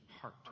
heart